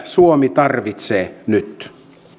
suomi tarvitsee nyt